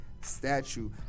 statue